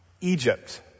Egypt